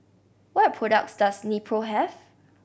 what products does Nepro have